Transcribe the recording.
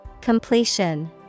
Completion